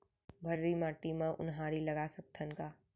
भर्री माटी म उनहारी लगा सकथन का?